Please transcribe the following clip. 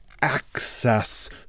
access